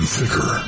thicker